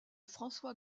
françois